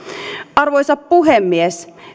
arvoisa puhemies